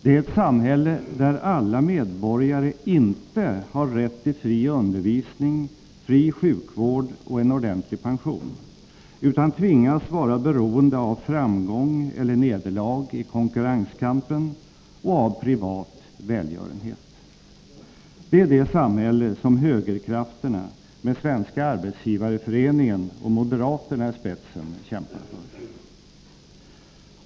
Det är ett samhälle där alla medborgare inte har rätt till fri undervisning, fri sjukvård och en ordentlig pension, utan tvingas vara beroende av framgång eller nederlag i konkurrenskampen och av privat välgörenhet. Det är det samhälle som högerkrafterna med Svenska arbetsgivareföreningen och moderaterna i spetsen kämpar för.